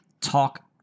talk